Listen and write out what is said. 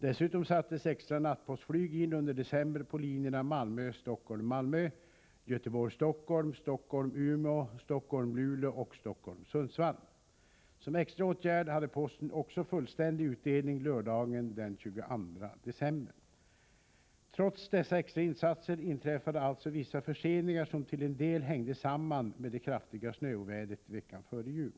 Dessutom sattes extra nattpostflyg in under december på linjerna Malmö-Stockholm Malmö, Göteborg-Stockholm, Stockholm-Umeå, Stockholm-Luleå och Stockholm-Sundsvall. Som extra åtgärd hade posten också fullständig utdelning lördagen den 22 december. Trots dessa extra insatser inträffade alltså vissa förseningar som till en del hängde samman med det kraftiga snöovädret veckan före jul.